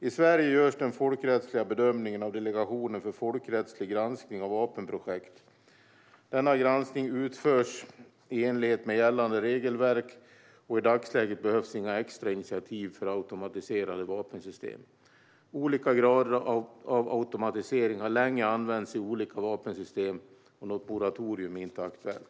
I Sverige görs den folkrättsliga bedömningen av Delegationen för folkrättslig granskning av vapenprojekt. Denna granskning utförs i enlighet med gällande regelverk, och i dagsläget behövs inga extra initiativ för automatiserade vapensystem. Olika grader av automatisering har länge använts i olika vapensystem, och något moratorium är inte aktuellt.